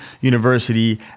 University